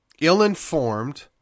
ill-informed